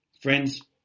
Friends